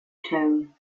tone